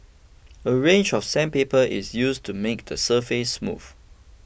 a range of sandpaper is used to make the surface smooth